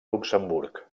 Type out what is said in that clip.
luxemburg